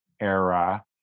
era